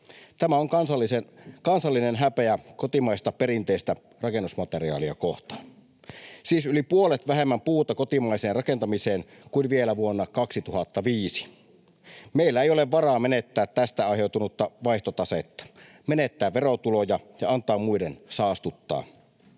Tämä on kansallinen häpeä kotimaista, perinteistä rakennusmateriaalia kohtaan. Siis yli puolet vähemmän puuta kotimaiseen rakentamiseen kuin vielä vuonna 2005. Meillä ei ole varaa menettää tästä aiheutunutta vaihtotasetta, menettää verotuloja ja antaa muiden saastuttaa.